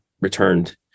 returned